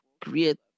create